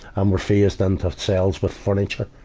um were phased into cells with furniture,